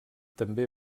també